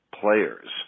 players